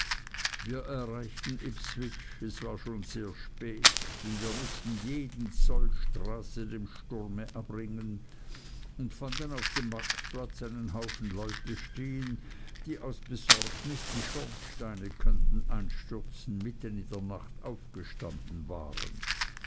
wir erreichten ipswich es war schon sehr spät denn wir mußten jeden zoll straße dem sturme abringen und fanden auf dem marktplatz einen haufen leute stehen die aus besorgnis die schornsteine könnten einstürzen mitten in der nacht aufgestanden waren